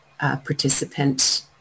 participant